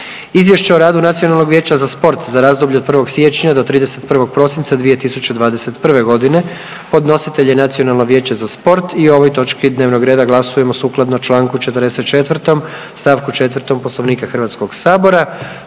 Izvješće o radu Nacionalnog vijeća za sport za razdoblje od 1. siječnja do 31. prosinca 2021. Podnositelj je Nacionalno vijeće za sport i o ovoj točki dnevnog reda glasujemo sukladno Članku 44. stavku 4. Poslovnika Hrvatskog sabora.